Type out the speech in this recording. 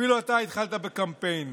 אפילו אתה התחלת בקמפיין.